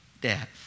death